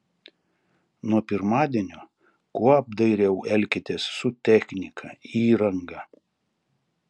nuo pirmadienio kuo apdairiau elkitės su technika įranga